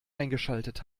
eingeschaltet